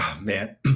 man